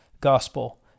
gospel